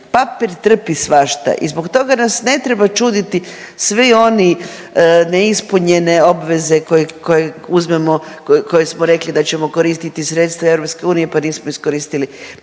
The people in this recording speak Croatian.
papir trpi svašta i zbog toga nas ne treba čuditi svi oni neispunjene obveze koje, koje uzmemo, koje smo rekli da ćemo koristiti sredstva EU, pa nismo iskoristili.